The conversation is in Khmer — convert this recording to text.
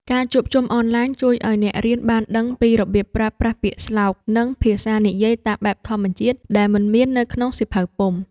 ការជួបជុំអនឡាញជួយឱ្យអ្នករៀនបានដឹងពីរបៀបប្រើប្រាស់ពាក្យស្លោក និងភាសានិយាយតាមបែបធម្មជាតិដែលមិនមាននៅក្នុងសៀវភៅពុម្ព។